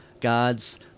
God's